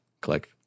click